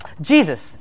Jesus